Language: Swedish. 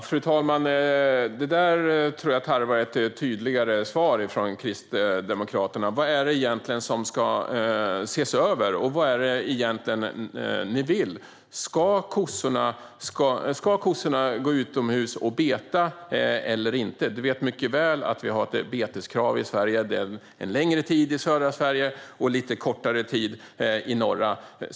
Fru talman! Det där tror jag tarvar ett tydligare svar från Kristdemokraterna. Vad är det egentligen som ska ses över? Vad är det egentligen som ni vill? Ska kossorna gå utomhus och beta eller inte? Du vet mycket väl att vi har ett beteskrav i Sverige, under en längre tid i södra Sverige och under lite kortare tid i norra Sverige.